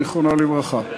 זיכרונו לברכה.